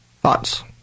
Thoughts